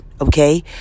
okay